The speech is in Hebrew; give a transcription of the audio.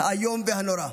האיום והנורא: